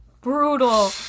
brutal